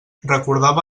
recordava